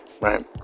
right